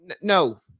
no